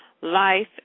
Life